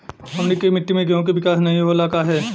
हमनी के मिट्टी में गेहूँ के विकास नहीं होला काहे?